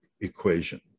equation